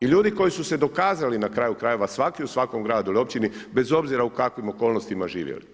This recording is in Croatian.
I ljudi koji su se dokazali na kraju krajeva, svatko u svakom gradu ili općini, bez obzira u kakvim okolnostima živjeli.